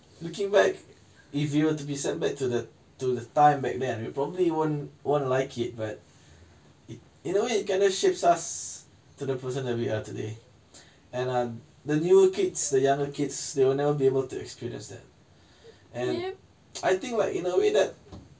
looking back if you were to be sent back to the to the time back then we probably won't won't like it but it you know it kinda shapes us to the person that we are today and err the new kids the younger kids they'll never be able to experience that and I think like in a way that